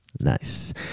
Nice